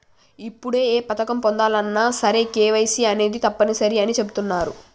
ఇప్పుడు ఏ పథకం పొందాలన్నా సరే కేవైసీ అనేది తప్పనిసరి అని చెబుతున్నరు